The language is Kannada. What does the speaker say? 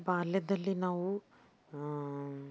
ಬಾಲ್ಯದಲ್ಲಿ ನಾವು